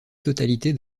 totalité